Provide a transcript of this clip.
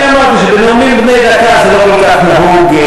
אני אמרתי שבנאומים בני דקה זה לא כל כך נהוג.